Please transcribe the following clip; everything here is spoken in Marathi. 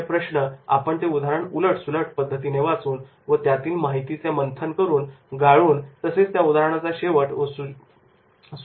हे प्रश्न आपण ते उदाहरण उलट सुलट पद्धतीने वाचून व त्यातील माहितीचे मंथन करून गाळून तसेच त्या उदाहरणाचा शेवट आणि सुरुवात वाचून तयार केलेले आहेत